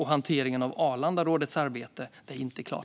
Hanteringen av Arlandarådets arbete är inte klar.